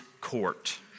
court